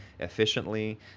efficiently